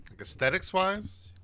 aesthetics-wise